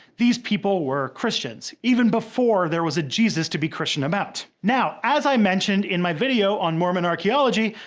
these people were christians even before there was a jesus to be christian about. now, as i mentioned in my video on mormon archaeology,